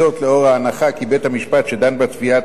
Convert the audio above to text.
זאת לאור ההנחה כי בית-המשפט שדן בתביעת